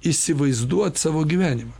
įsivaizduot savo gyvenimą